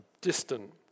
distant